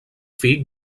fill